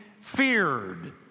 feared